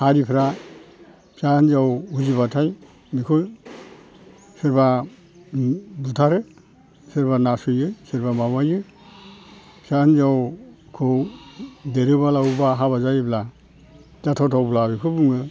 हारिफ्रा फिसा हिनजाव उजिब्लाथाय बेखौ सोरबा बुथारो सोरबा नासयो सोरबा माबायो फिसा हिनजावखौ देरोब्ला लावोब्ला हाबा जायोब्ला जाथावथावब्ला बेखौ बुङो